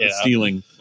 Stealing